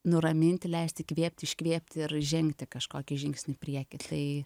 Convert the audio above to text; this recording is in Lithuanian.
nuraminti leisti įkvėpti iškvėpti ir žengti kažkokį žingsnį į priekį tai